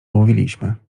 mówiliśmy